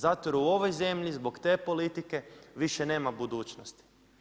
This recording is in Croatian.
Zato jer u ovoj zemlji, zbog te politike, više nema budućnosti.